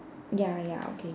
ya ya okay